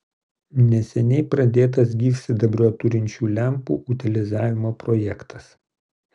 neseniai pradėtas gyvsidabrio turinčių lempų utilizavimo projektas